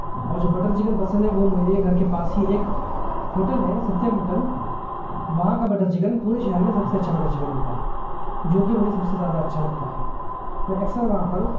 اور جو butter chicken پسند ہے وہ موئے ایک گھر کے پاس ہی ایک ہوٹل ہے ستیم ہوٹل وہاں کا بٹر چکن پورے شہر میں سب سے اچھا بٹر چکن ہوتا ہے جوکہ مجھے سب سے زیادہ اچھا لگتا ہے میں اکثر وہاں پر